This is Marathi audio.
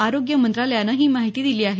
आरोग्य मंत्रालयानं ही माहिती दिली आहे